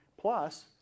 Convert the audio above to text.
Plus